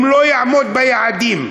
אם לא יעמוד ביעדים.